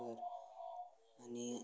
बरं आणि